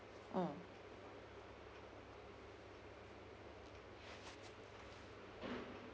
mm